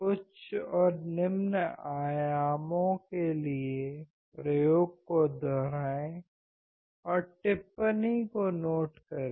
उच्च और निम्न आयामों के लिए प्रयोग को दोहराएं और टिप्पणी को नोट करें